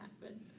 happen